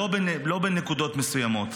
לא בנקודות מסוימות.